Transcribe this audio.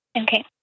Okay